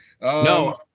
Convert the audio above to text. No